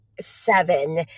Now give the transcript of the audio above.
seven